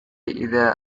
إذا